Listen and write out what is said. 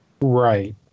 Right